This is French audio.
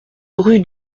rue